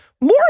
more